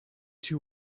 two